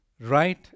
right